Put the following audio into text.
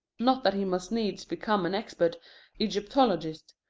not that he must needs become an expert egyptologist.